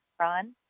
Ron